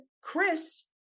chris